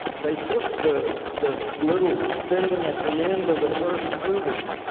they took the the little thing at the end of the first movie,